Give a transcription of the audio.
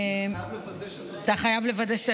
אני חייב לוודא שאת עוזבת.